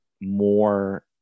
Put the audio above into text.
more